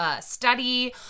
study